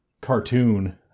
cartoon